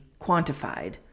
quantified